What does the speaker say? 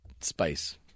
spice